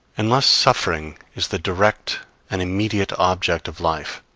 unless suffering is the direct and immediate object of life,